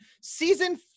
Season